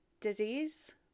disease